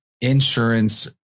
insurance